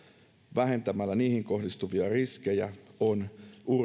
vähentämällä niihin kohdistuvia riskejä on uraauurtava